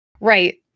Right